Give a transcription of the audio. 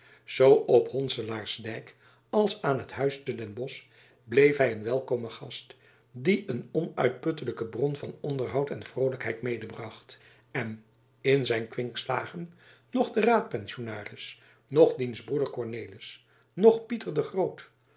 zoo op honselaarsdijk als aan t huis ten bosch bleef hy een welkome gast die een onuitputtelijke bron van onderhoud en vrolijkheid medebracht en in zijn kwinkslagen noch den raadpensionaris noch diens broeder cornelis noch pieter de